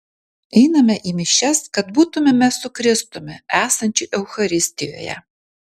einame į mišias kad būtumėme su kristumi esančiu eucharistijoje